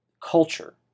culture